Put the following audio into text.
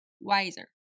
wiser